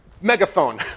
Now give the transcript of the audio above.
megaphone